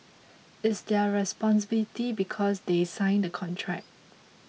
it's their responsibility because they sign the contract